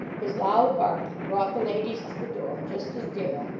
his loud barking brought the ladies to the door just as darrell,